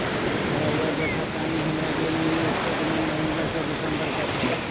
रहुआ देखतानी हमरा के मिनी स्टेटमेंट नवंबर से दिसंबर तक?